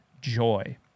joy